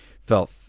felt